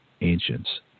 Ancients